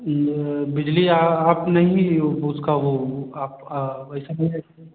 ये बिजली आप नहीं उसका वो आप आ